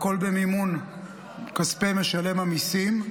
הכול במימון כספי משלם המיסים.